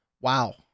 Wow